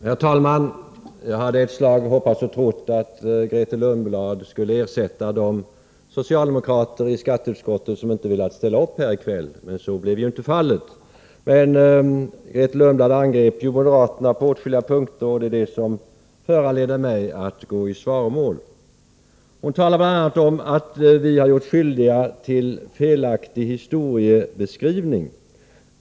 Herr talman! Jag hade ett slag hoppats och trott att Grethe Lundblad skulle ersätta de socialdemokrater i skatteutskottet som inte velat ställa upp i debatten här i kväll, men så blev inte fallet. Grethe Lundblad angrep emellertid moderaterna på åtskilliga punkter, och det föranleder mig att gå i svaromål. Hon talade bl.a. om att vi har gjort oss skyldiga till en felaktig historiebeskrivning.